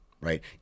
right